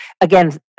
again